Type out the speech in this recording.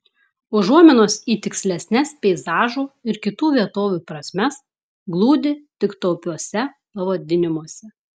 užuominos į tikslesnes peizažų ir kitų vietovių prasmes glūdi tik taupiuose pavadinimuose